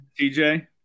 TJ